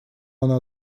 она